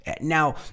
now